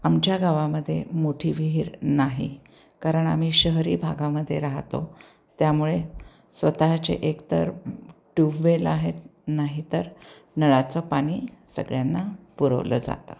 आमच्या गावामध्ये मोठी विहीर नाही कारण आम्ही शहरी भागामध्ये राहतो त्यामुळे स्वतःचे एकतर ट्यूबवेल आहेत नाही तर नळाचं पाणी सगळ्यांना पुरवलं जातं